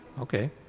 okay